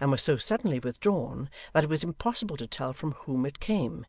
and was so suddenly withdrawn that it was impossible to tell from whom it came